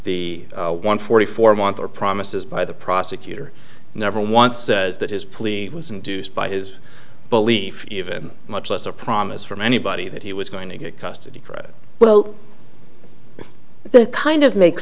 the one forty four want or promises by the prosecutor never once says that his plea was induced by his belief even much less a promise from anybody that he was going to get custody for it well the kind of makes